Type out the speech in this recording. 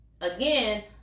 again